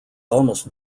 almost